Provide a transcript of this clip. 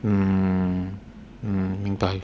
mm mm 明白